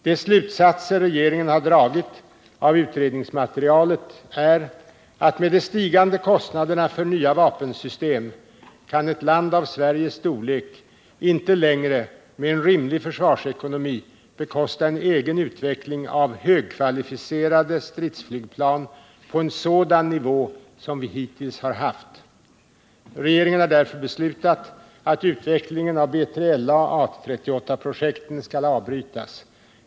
De slutsatser regeringen har dragit av utredningsmaterialet är att med de stigande kostnaderna för nya vapensystem kan ett land av Sveriges storlek inte längre med en rimlig försvarsekonomi bekosta en egen utveckling av högkvalificerade stridsflygplan på en sådan nivå som vi hittills har haft. Regeringen har därför beslutat att utvecklingen av B3LA/A38-projekten skall avbrytas.